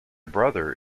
brother